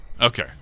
Okay